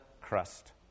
crust